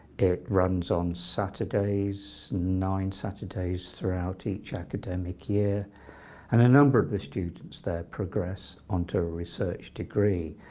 it runs on saturdays nine saturdays throughout each academic year and a number of the students there progress onto a research degree.